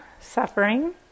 suffering